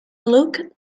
look